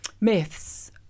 myths